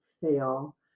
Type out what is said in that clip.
fail